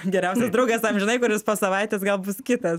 geriausios draugės amžinai kuris po savaitės gal bus kitas